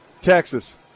Texas